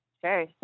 Sure